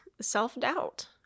self-doubt